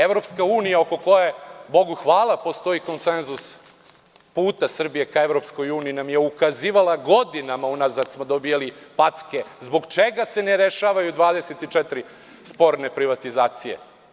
Evropska unija oko koje, Bogu hvala, postoji konsenzus puta Srbije ka EU, nam je ukazivala, godinama unazad smo dobijali packe zbog čega se ne rešavaju 24 sporne privatizacije?